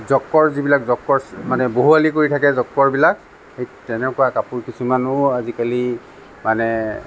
joker যিবিলাক joker মানে বহুৱালি কৰি থাকে জ'ক্কৰ বিলাক ঠিক তেনেকুৱা কাপোৰ কিছুমানো আজিকালি মানে